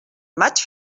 maig